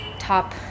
top